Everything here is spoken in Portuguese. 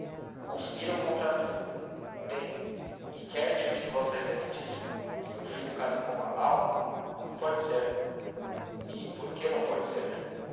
conspiram contra mim bem que quer de mim vossa reverendíssima que meu filho case com lalau não pode ser e por que não pode ser